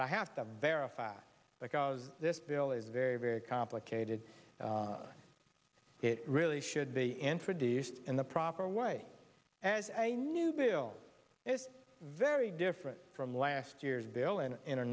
but i have to verify because this bill is very very complicated and it really should be introduced in the proper way as a a new bill is very different from last year's bill an in